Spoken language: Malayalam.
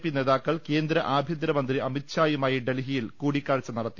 പി നേതാക്കൾ കേന്ദ്ര ആഭ്യന്തര മന്ത്രി അമിത്ഷായുമായി ഡൽഹിയിൽ കൂടി ക്കാഴ്ച നടത്തി